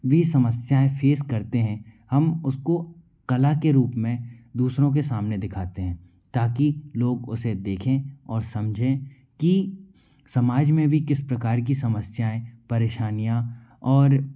भी समस्याएँ फेस करते हैं हम उसको कला के रूप में दूसरों के सामने दिखाते हैं ताकि लोग उसे देखें और समझे की समाज में भी किस प्रकार की समस्याएँ परेशानियाँ और